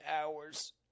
hours